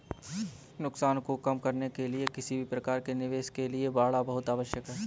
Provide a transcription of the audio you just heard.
नुकसान को कम करने के लिए किसी भी प्रकार के निवेश के लिए बाड़ा बहुत आवश्यक हैं